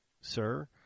sir